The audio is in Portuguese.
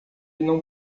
não